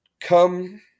come